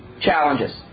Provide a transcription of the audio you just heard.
challenges